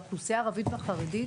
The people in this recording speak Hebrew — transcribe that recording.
במיוחד באוכלוסייה הערבית והחרדית.